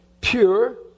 pure